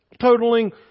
totaling